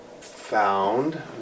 Found